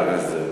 חבר הכנסת זאב.